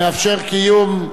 המאפשר קיום,